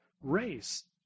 race